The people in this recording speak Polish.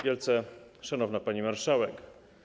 Wielce Szanowna Pani Marszałek!